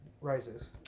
Rises